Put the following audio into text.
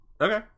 okay